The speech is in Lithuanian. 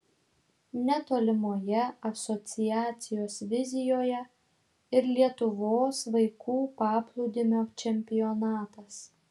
netolimoje asociacijos vizijoje ir lietuvos vaikų paplūdimio čempionatas